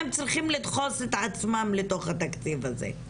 הם צריכים לדחוס את עצמם לתוך התקציב הזה.